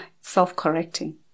Self-correcting